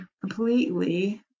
completely